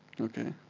Okay